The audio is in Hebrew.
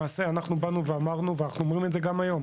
למעשה אמרנו ואנחנו אומרים את זה גם היום